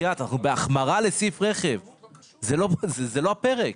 זה לא הפרק.